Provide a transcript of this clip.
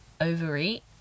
overeat